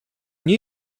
nie